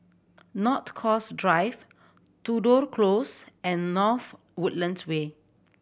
North Coast Drive Tudor Close and North Woodlands Way